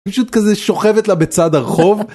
פשוט כזה שוכבת לה בצד הרחוב.